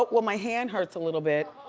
well my hand hurts a little bit.